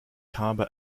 habe